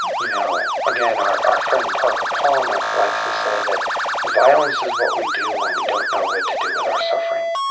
you know again, our our friend parker palmer likes to say that violence is what we do when we don't know what to do with our suffering.